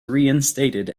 reinstated